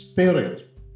spirit